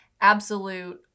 absolute